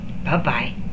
Bye-bye